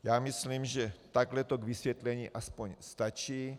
Já myslím, že takhle to k vysvětlení aspoň stačí.